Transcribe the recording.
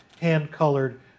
hand-colored